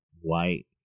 White